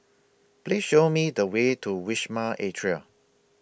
Please Show Me The Way to Wisma Atria